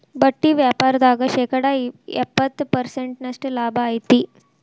ಬಟ್ಟಿ ವ್ಯಾಪಾರ್ದಾಗ ಶೇಕಡ ಎಪ್ಪ್ತತ ಪರ್ಸೆಂಟಿನಷ್ಟ ಲಾಭಾ ಐತಿ